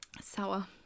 Sour